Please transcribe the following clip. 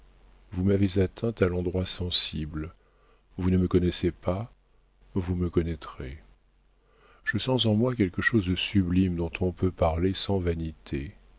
vous m'avez atteinte à l'endroit sensible vous ne me connaissez pas vous me connaîtrez je sens en moi quelque chose de sublime dont on peut parler sans vanité